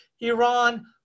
Iran